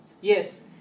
Yes